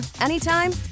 anytime